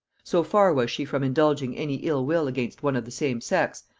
so far was she from indulging any ill will against one of the same sex,